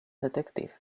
detective